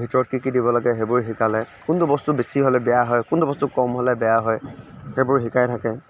ভিতৰত কি কি দিব লাগে সেইবোৰ শিকালে কোনটো বস্তু বেছি হ'লে বেয়া হয় কোনটো বস্তু কম হ'লে বেয়া হয় সেইবোৰ শিকাই থাকে